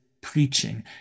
preaching